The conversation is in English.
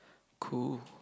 cool